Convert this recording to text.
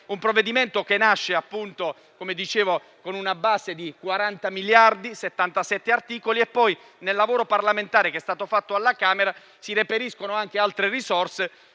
importante, che nasce con una base di 40 miliardi e 77 articoli; poi, nel lavoro parlamentare che è stato fatto alla Camera, si reperiscono altre risorse